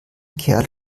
kerl